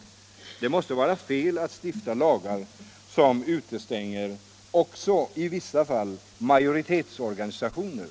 Det måste vara fel att stifta lagar som i vissa fall utestänger också majoritetsorganisationer.